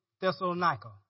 Thessalonica